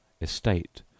estate